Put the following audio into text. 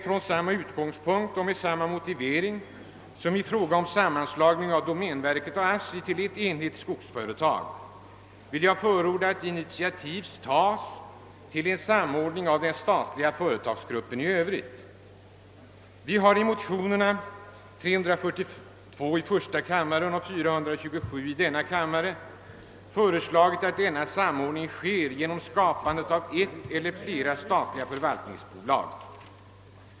Från samma utgångspunkt och med samma motivering som i frågan om sammanslagning av domänverket och ASSTI till ett enhetligt skogsbolag vill jag förorda att initiativ tas till samordning av den statliga företagsgruppen i övrigt. Vi har i motionsparet 1: 342 och II: 427 föreslagit att denna samordning sker genom skapande av ett eller flera statliga förvaltningsbolag.